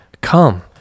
come